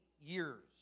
years